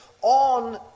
on